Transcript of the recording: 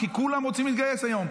כי כולם רוצים להתגייס היום.